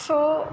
so